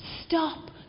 stop